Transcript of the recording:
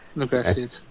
aggressive